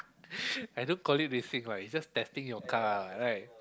I don't call it racing lah it's just testing your car right